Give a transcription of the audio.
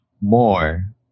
more